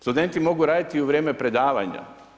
Studenti mogu raditi u vrijeme predavanja.